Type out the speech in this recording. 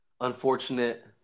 unfortunate